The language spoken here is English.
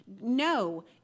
No